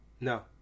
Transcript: No